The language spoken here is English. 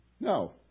No